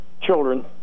children